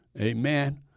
Amen